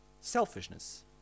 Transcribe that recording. Selfishness